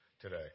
today